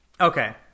Okay